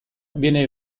viene